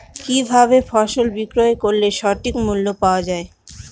কি ভাবে ফসল বিক্রয় করলে সঠিক মূল্য পাওয়া য়ায়?